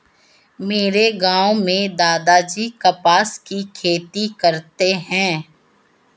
मेरे गांव में दादाजी कपास की खेती करते हैं